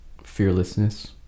fearlessness